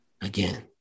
again